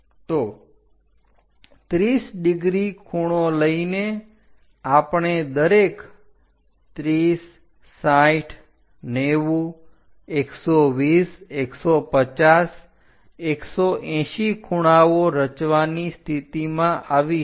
તો 30° ખૂણો લઈને આપણે દરેક 306090120150180 ખૂણાઓ રચવાની સ્થિતિમાં આવીશું